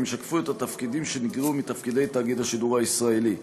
והם ישקפו את התפקידים שנגרעו מתפקידי תאגיד השידור הישראלי.